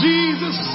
Jesus